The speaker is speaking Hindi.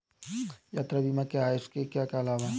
यात्रा बीमा क्या है इसके क्या लाभ हैं?